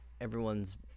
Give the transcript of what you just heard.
everyone's